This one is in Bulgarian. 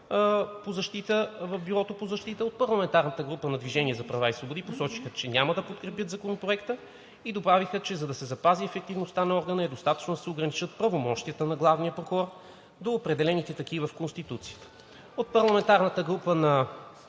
в Бюрото по защита. От парламентарната група на „Движение за права и свободи“ посочиха, че няма да подкрепят Законопроекта и добавиха, че за да се запази ефективността на органа е достатъчно да се ограничат правомощията на главния прокурор до определените такива в Конституцията. От парламентарните групи на